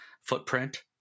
footprint